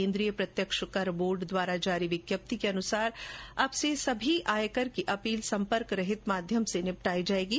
केंद्रीय प्रत्यक्ष कर बोर्ड द्वारा जारी विज्ञप्ति के अनुसार अब से सभी आयकर की अपील संपर्क रहित माध्यम से निपटाई जाएंगी